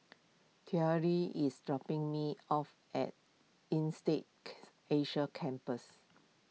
Terri is dropping me off at Insead Asia Campus